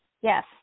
Yes